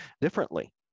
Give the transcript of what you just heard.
differently